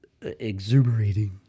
exuberating